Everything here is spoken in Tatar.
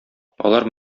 алар